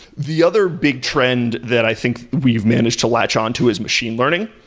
the other big trend that i think we've managed to latch on to is machine learning,